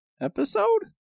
episode